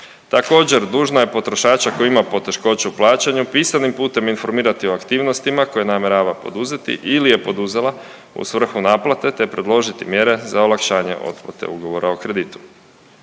Također dužno je potrošača koji ima poteškoće u plaćanju pisanim putem informirati o aktivnostima koje namjerava poduzeti ili je poduzela u svrhu naplate te predložiti mjere za olakšanje otplate ugovora o kreditu.